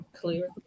clear